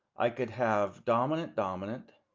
i could have dominant dominant,